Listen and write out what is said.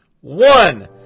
One